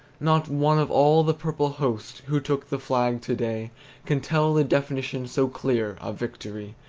not one of all the purple host who took the flag to-day can tell the definition, so clear, of victory,